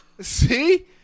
See